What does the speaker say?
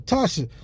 Tasha